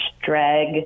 drag